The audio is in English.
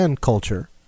culture